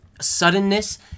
suddenness